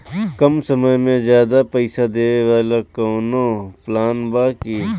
कम समय में ज्यादा पइसा देवे वाला कवनो प्लान बा की?